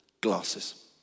glasses